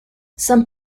some